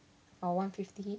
or one fifty